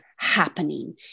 happening